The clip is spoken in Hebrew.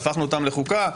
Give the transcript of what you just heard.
הפכנו אותם לחוקה,